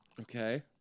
Okay